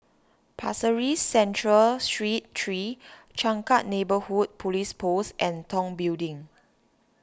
Pasir Ris Central Street three Changkat Neighbourhood Police Post and Tong Building